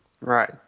Right